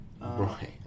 right